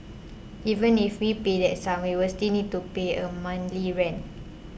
even if we pay that sum we will still need to pay a monthly rent